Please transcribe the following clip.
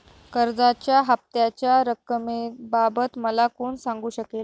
कर्जाच्या हफ्त्याच्या रक्कमेबाबत मला कोण सांगू शकेल?